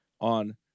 on